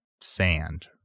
sand